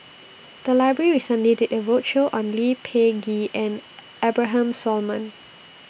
The Library recently did A roadshow on Lee Peh Gee and Abraham Solomon